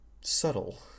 subtle